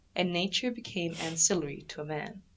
and nature became ancillary to a man.